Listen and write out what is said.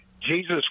Jesus